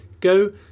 Go